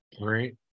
Right